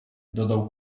dodał